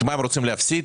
הם רוצים להפסיד?